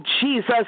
Jesus